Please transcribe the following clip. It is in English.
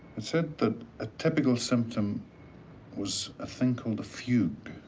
it said that a typical symptom was a thing called a fugue.